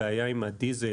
הבעיה עם הדיזל,